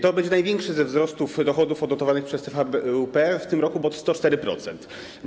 To będzie największy ze wzrostów dochodów odnotowanych przez TVP w tym roku, bo 104%.